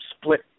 split